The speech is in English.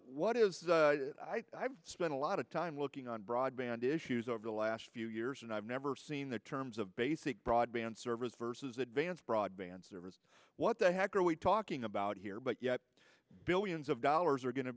what is i've spent a lot of time looking on broadband issues over the last few years and i've never seen the terms of basic broadband service versus advanced broadband service what the heck are we talking about here but yet billions of dollars are go